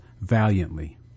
valiantly